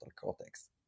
cortex